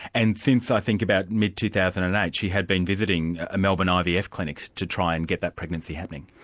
and since, i think, about mid two thousand and eight, she had been visiting a melbourne ivf clinic to try and get that pregnancy happening.